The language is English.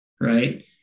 right